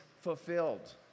fulfilled